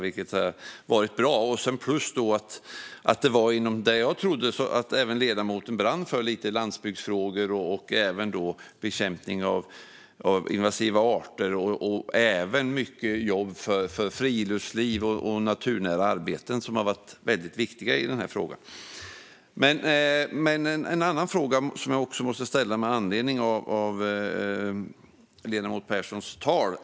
Dessutom handlar det om sådant som jag trodde att även ledamoten brann för lite, såsom landsbygdsfrågor och bekämpning av invasiva arter. Det har även varit mycket jobb för friluftsliv och naturnära arbeten, vilket har varit väldigt viktigt i den här frågan. Jag vill också ställa en annan fråga med anledning av ledamoten Perssons tal.